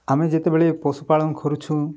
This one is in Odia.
ଆମେ ଯେତେବେଳେ ପଶୁପାଳନ କରୁଛୁ